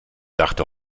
dachte